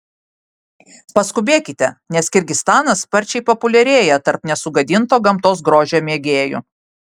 paskubėkite nes kirgizstanas sparčiai populiarėja tarp nesugadinto gamtos grožio mėgėjų